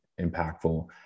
impactful